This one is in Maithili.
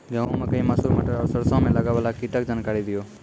गेहूँ, मकई, मसूर, मटर आर सरसों मे लागै वाला कीटक जानकरी दियो?